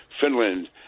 Finland